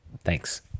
Thanks